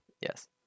Yes